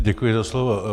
Děkuji za slovo.